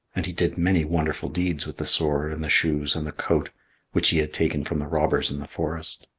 and he did many wonderful deeds with the sword and the shoes and the coat which he had taken from the robbers in the forest.